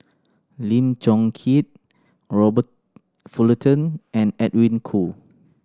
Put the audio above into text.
Lim Chong Keat Robert Fullerton and Edwin Koo